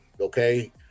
okay